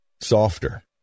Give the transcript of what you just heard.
softer